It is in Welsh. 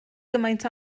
cymaint